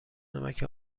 نمک